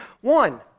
one